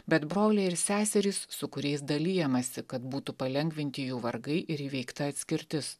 bet broliai ir seserys su kuriais dalijamasi kad būtų palengvinti jų vargai ir įveikta atskirtis